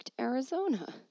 Arizona